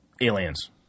aliens